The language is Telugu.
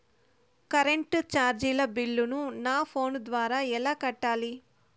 కరెంటు చార్జీల బిల్లును, నా ఫోను ద్వారా ఎలా కట్టాలి?